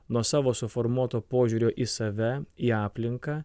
nuo savo suformuoto požiūrio į save į aplinką